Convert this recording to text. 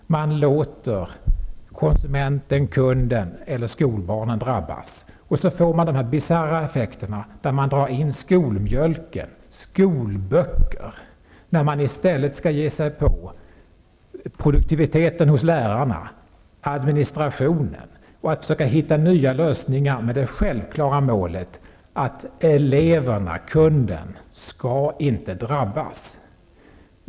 Man låter konsumenten kunderna inte skall drabbas.